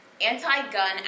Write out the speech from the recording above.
Anti-gun